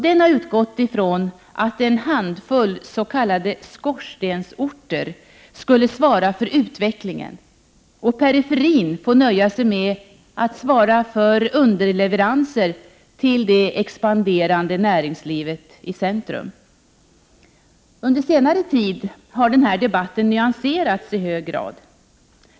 Den har utgått ifrån att en handfull s.k. skorstensorter skulle svara för utvecklingen och periferin få nöja sig med att svara för underleveranser till det expanderande näringslivet i centrum. Under senare tid har denna debatt nyanserats i hög grad.